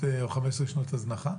מיכל למשל מתמחה בזה,